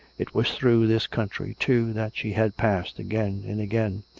it was through this country, too, that she had passed again and again.